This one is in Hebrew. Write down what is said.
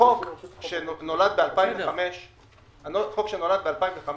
החוק שנולד ב-2005